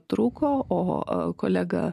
truko o kolega